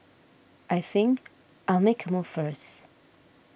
I think I'll make a move first